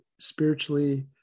spiritually